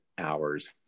Hours